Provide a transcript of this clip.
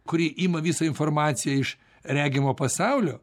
kuri ima visą informaciją iš regimo pasaulio